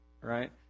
right